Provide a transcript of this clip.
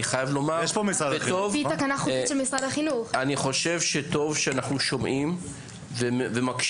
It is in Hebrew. אני חושב שזה טוב שאנחנו שומעים ומקשיבים,